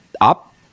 up